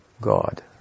God